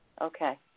Okay